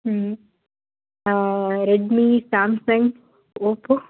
ம் ஆ ஆ ரெட்மி சாம்சங் ஓப்போ